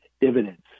dividends